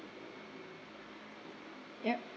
yup